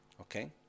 okay